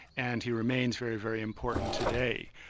and he remains very, very important today.